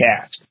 cast